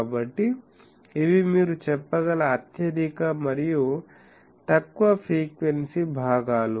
కాబట్టి ఇవి మీరు చెప్పగల అత్యధిక మరియు తక్కువ పౌనపున్య భాగాలు